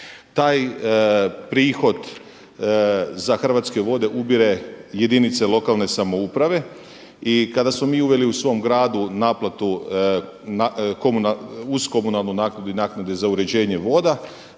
Taj prihod za Hrvatske vode ubiru jedinice lokalne samouprave i kada smo mi uveli u svom gradu naplatu, uz komunalnu naknadu i naknadu za uređenje voda,